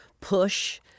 push